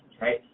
right